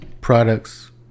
products